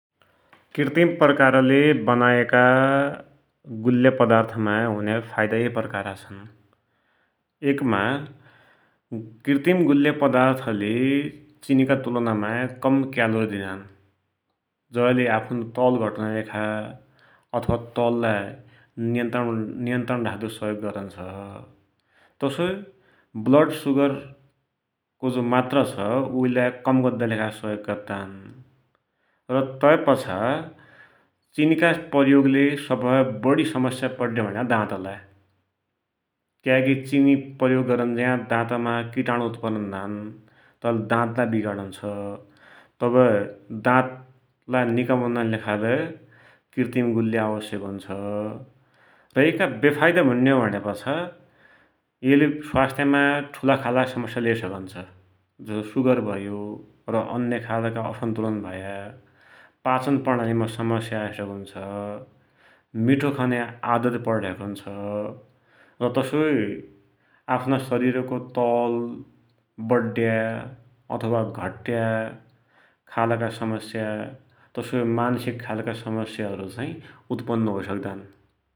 कृतिम प्रकारले बनायाका गुल्या पदार्थमा हुन्या फाइदा ये प्रकारका छन् । एकमा कृतिम गुल्या पदार्थले चिनीका तुलानमा कम क्यालोरी दिनान्, जैले आफ्नो तौल घटुनाकी तथा तौललाई नियन्त्रण राख्दु सहयोग गरुन्छ । तसोइ ब्लड सुगरको जो मात्रा छ, उइलाई कम गद्दाकी सहयोग गद्दान । र तै पाछा चिनीका प्रयोगले सवहै बढी समस्या पड्या भुण्या दातलाई, क्याकी चिनी प्रयोग गरुँन्ज्या दातमा किटाणु उत्पन्न हुनान्, तैले दातलाई विगारुन्छ । तवैकी दातलाई नीका बनुनाकी लेखालै कृतिम गुल्यो आवश्यक हुन्छ । तैका वेफाइदा भुण्यौ भुण्यापाछा येले स्वास्थ्यमा ठुला खालका समस्या ले सकुन्छ, जु सुगर भयो वा अन्य खालका असन्तुलन भया । पाचन प्रणालीमा समस्या आइसकुन्छ । मीठो खन्या आदत पडिसकुन्छ । र तसोइ आफ्ना शरिरको तौल बड्या अथवा धट्या समस्या, तसोइ मानशिक खालका समस्या चाही उत्पन्न होइ सक्दान ।